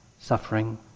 suffering